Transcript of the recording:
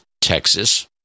Texas